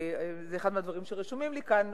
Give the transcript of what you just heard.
זה אחד מהדברים שרשומים לי כאן.